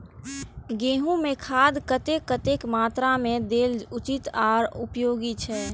गेंहू में खाद कतेक कतेक मात्रा में देल उचित आर उपयोगी छै?